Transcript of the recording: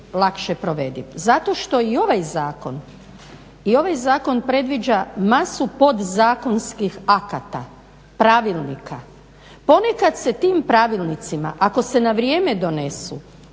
što i ovaj zakon, i ovaj zakon predviđa masu podzakonskih akata, pravilnika. Ponekad se tim pravilnicima ako se na vrijeme donesu